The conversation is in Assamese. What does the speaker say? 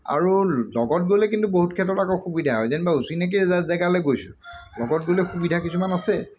আৰু লগত গ'লে কিন্তু বহুত ক্ষেত্ৰত আকৌ সুবিধা হয় যেনিবা অচিনাকি জেগালৈ গৈছোঁ লগত গ'লে সুবিধা কিছুমান আছে